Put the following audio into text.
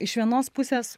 iš vienos pusės